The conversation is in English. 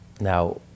Now